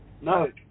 No